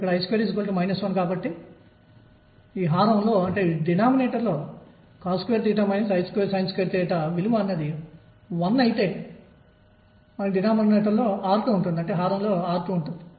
మరియు ఆ సంబంధిత విలువ a లేదా x అనేది 2Em2 మైనస్ లేదా ప్లస్ అవుతుంది